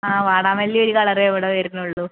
ആ വാടാമല്ലി ഒരു കളറേ ഇവിടെ വരുന്നുള്ളൂ